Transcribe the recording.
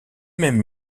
même